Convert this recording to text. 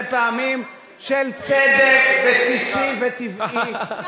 אלה טעמים של צדק בסיסי וטבעי,